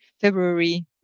February